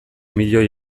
milioi